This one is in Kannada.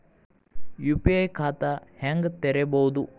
ಯು.ಪಿ.ಐ ಖಾತಾ ಹೆಂಗ್ ತೆರೇಬೋದು?